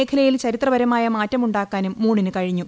മേഖലയിൽ ചരിത്രപരമായ മാറ്റം ാക്കാനും മൂണിന് കഴിഞ്ഞു